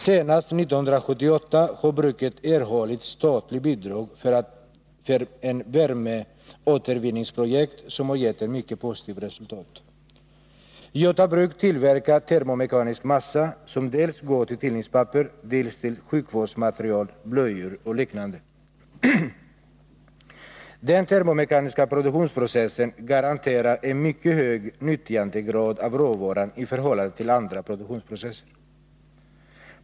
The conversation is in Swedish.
Senast 1978 har bruket erhållit statligt bidrag för ett värmeåtervinningsprojekt, som har gett ett mycket positivt resultat. Göta Bruk tillverkar termomekanisk massa, som går dels till tidningspapper, dels till sjukvårdsmaterial, blöjor och liknande. Den termomekaniska produktionsprocessen garanterar en mycket hög grad av nyttjande av råvaran i förhållande till andra produktionsproces Ser.